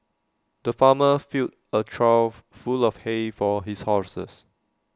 the farmer filled A trough full of hay for his horses